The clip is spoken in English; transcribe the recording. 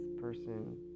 person